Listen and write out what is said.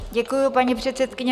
Děkuji, paní předsedkyně.